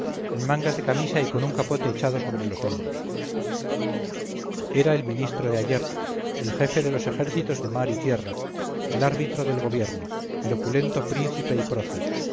en mangas de camisa y con un capote echado sobre los hombros era el ministro de ayer el jefe de los ejércitos de mar y tierra el árbitro del gobierno el opulento príncipe y prócer